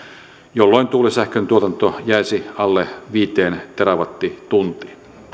jolloin tuulisähkön tuotanto jäisi alle viiteen terawattituntiin